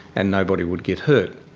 and nobody would get hurt.